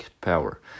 power